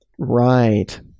Right